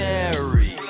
Mary